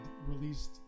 released